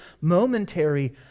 momentary